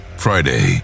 Friday